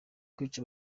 kwica